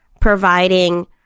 providing